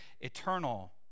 eternal